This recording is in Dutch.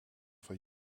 van